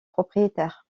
propriétaires